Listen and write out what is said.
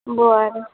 बरं